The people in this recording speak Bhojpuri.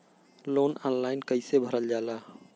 लोन ऑनलाइन कइसे भरल जाला?